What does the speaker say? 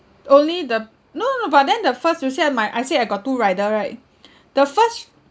only the no no no but then the first you said my I say I got two rider right the first